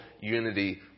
unity